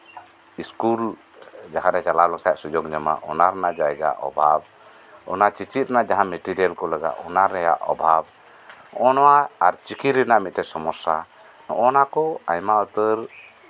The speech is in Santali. ᱥᱠᱩᱞ ᱡᱟᱸᱦᱟ ᱨᱮ ᱪᱟᱞᱟᱣ ᱞᱮᱱᱠᱷᱟᱱ ᱥᱩᱡᱳᱜᱽ ᱧᱟᱢᱚᱜᱼᱟ ᱚᱱᱟ ᱨᱮᱱᱟᱜ ᱡᱟᱭᱜᱟ ᱨᱮᱭᱟᱜ ᱚᱵᱷᱟᱵᱽ ᱚᱱᱟ ᱪᱮᱪᱮᱫ ᱨᱮᱭᱟᱜ ᱡᱟᱸᱦᱟ ᱢᱮᱴᱮᱨᱤᱭᱟᱞ ᱠᱚ ᱞᱟᱜᱟᱜ ᱚᱱᱟ ᱨᱮᱭᱟᱜ ᱚᱵᱷᱟᱵᱽ ᱱᱚᱜᱼᱚ ᱱᱚᱣᱟ ᱟᱨ ᱪᱤᱠᱤ ᱨᱮᱭᱟᱜ ᱢᱤᱫᱴᱟᱱ ᱥᱚᱢᱚᱥᱥᱟ ᱦᱚᱜᱼᱟᱠᱚ ᱟᱭᱢᱟ ᱩᱛᱟᱹᱨ